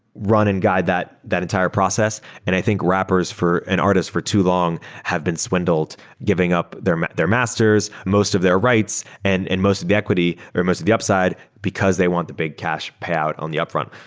run and guide that that entire process. and i think rappers for an artist for too long have been swindled giving up their their masters, most of their rights and and most be equity, or most of the upside because they want the big cash payout on the upfront.